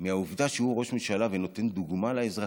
מהעובדה שהוא ראש ממשלה ונותן דוגמה לאזרחים.